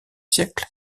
siècle